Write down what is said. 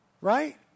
right